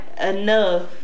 enough